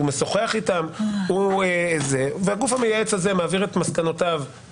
הוא משוחח איתם והגוף המייעץ הזה מעביר את מסקנותיו